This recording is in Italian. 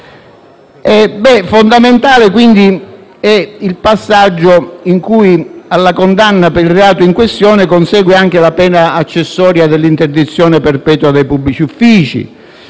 Fondamentale è poi il passaggio per cui alla condanna per il reato in questione consegue anche la pena accessoria dell'interdizione perpetua dai pubblici uffici,